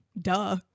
Duh